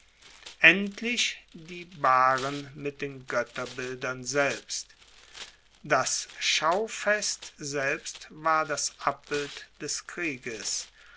endlich die bahren mit den goetterbildern selbst das schaufest selbst war das abbild des krieges